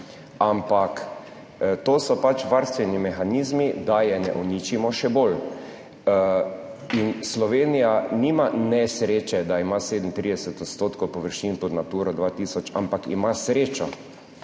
ampak to so varstveni mehanizmi, da je ne uničimo še bolj in Slovenija nima nesreče, da ima 37 % površin pod Naturo 2000, ampak ima srečo,